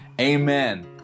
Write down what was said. Amen